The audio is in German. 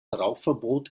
rauchverbot